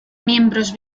miembros